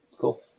cool